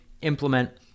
implement